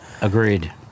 Agreed